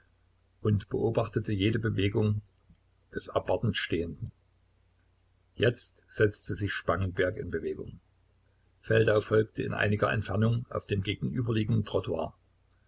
und beobachtete jede bewegung des abwartend stehenden jetzt setzte sich spangenberg in bewegung feldau folgte in einiger entfernung auf dem gegenüberliegenden trottoir